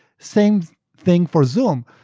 same thing for zoom.